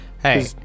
Hey